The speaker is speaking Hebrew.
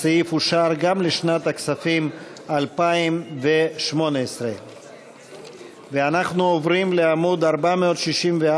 הסעיף אושר גם לשנת הכספים 2018. אנחנו עוברים לעמוד 464,